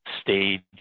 stage